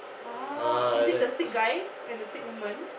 oh is it the sick guy and the sick woman